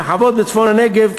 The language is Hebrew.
וחוות בצפון הנגב,